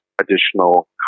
additional